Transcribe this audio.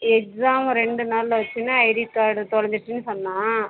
எக்ஸாமை ரெண்டு நாளில் வச்சின்னு ஐடி கார்டு தொலைஞ்சுட்டுனு சொன்னால்